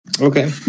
okay